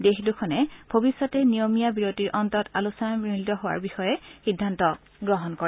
দেশ দুখনে ভৱিষ্যতে নিয়মীয়া বিৰতিৰ অন্তত আলোচনাত মিলিত হোৱাৰ বিষয়ে সিদ্ধান্ত গ্ৰহণ কৰে